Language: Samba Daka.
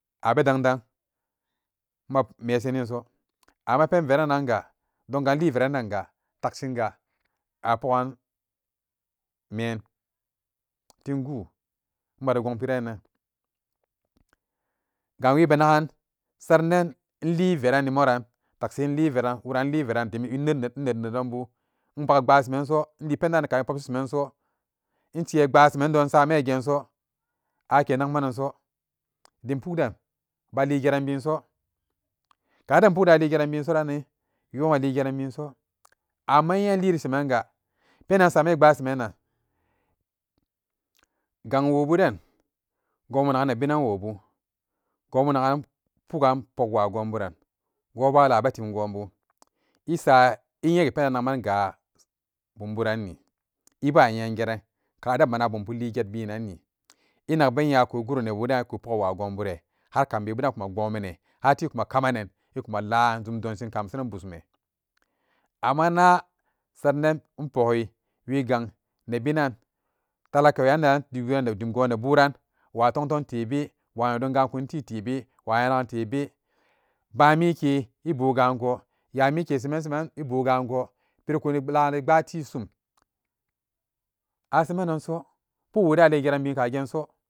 A be dangdang ma meseninso amma pen verananga donga inli ueran dengu tukshin ga a pogan meen timguu made gong pirenan gawibenagan sarenan inli verani moran taksin inli veran wuran inliveran dim nnet nedonbu inbak baseman inditka epek semanso inte'a bua seman don insame genso akenakmananso dim pukden balin geran binso kaden pukden aligeran binso ranni wima maligeran binso amma inye inliri sheman ga penan in same pbaa semanan gang wo buden gonbu nagan nebinan wobu gonbu nagan pugan pokwu gonburan wobo ala betim gonbu esa enyege penan nagman gaa bumburanni eba yengeran kaden mane bumbu liget binanni inak be nya iku guro nebudan iko poga wa gon bure har kambebude kuma bomane hati kume kamenen inkuma laan zum donshin kamasanan busume amma na saranan inpogi wi gang nebinan talaka weyanan dim wii ne buran wa tongtong tebe wa nedon gankun ti tebe wa nenya nagan tebe ban mike e bo gango nyamike seman seman e bogango pirikuni lani pbatisum asemananso pukwoden ali geran bin kagenso.